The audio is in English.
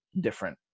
different